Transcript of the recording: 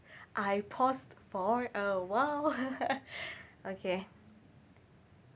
I paused for a while okay